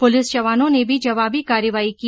police जवानों ने भी जवाबी कार्रवाई की